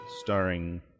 starring